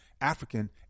African